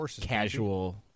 casual